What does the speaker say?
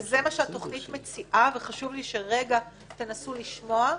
וזה מה שהתכנית מציעה וחשוב לי שרגע תנסו לשמוע,